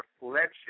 reflection